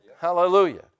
Hallelujah